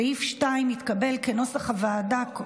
סעיף 2 כנוסח הוועדה התקבל,